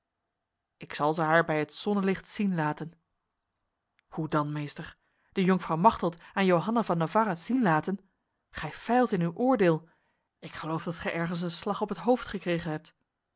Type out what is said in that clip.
ik zal ze haar bij het zonnelicht zien laten hoe dat meester de jonkvrouw machteld aan johanna van navarra zien laten gij feilt in uw oordeel ik geloof dat gij ergens een slag op het hoofd gekregen hebt